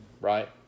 right